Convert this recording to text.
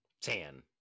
Tan